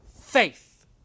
faith